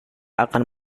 akan